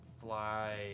fly